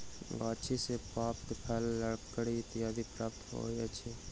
गाछी सॅ पात, फल, लकड़ी इत्यादि प्राप्त होइत अछि